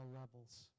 levels